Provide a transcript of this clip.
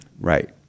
Right